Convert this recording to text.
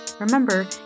Remember